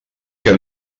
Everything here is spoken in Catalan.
que